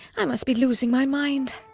i must be losing my mind.